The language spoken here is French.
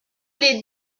les